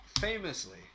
famously